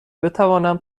بتوانم